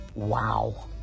Wow